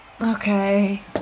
Okay